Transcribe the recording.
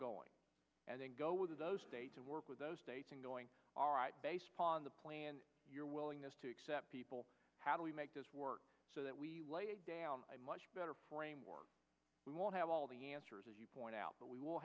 going and they go with those state to work with those states and going alright based on the plan your willingness to accept people how do we make this work so that we much better framework we won't have all the answers as you point out but we